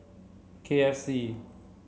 K F C